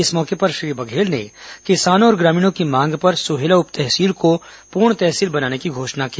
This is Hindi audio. इस मौके पर श्री बघेल ने किसानों और ग्रामीणों की मांग पर सुहेला उप तहसील का पूर्ण तहसील बनाने की घोषणा की